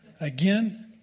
again